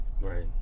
Right